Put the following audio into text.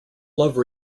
love